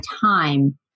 time